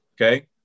Okay